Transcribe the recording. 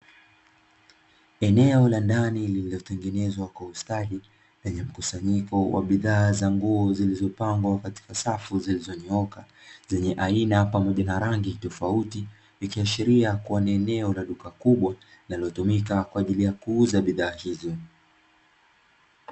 Eneo la ndani lililotengenezwa kwa ustadi, lenye mkusanyiko wa bidhaa za nguo zilizopangwa katika safu zilizonyooka zenye aina pamoja na rangi tofauti. Ikiashiria kuwa ni eneo la duka kubwa linalotumika kwa ajili ya kuuza bidhaa hizo.